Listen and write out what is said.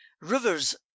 Rivers